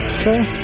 okay